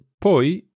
poi